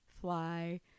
fly